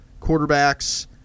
quarterbacks